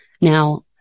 Now